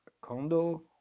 condo